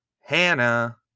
Hannah